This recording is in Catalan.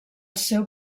seu